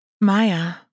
Maya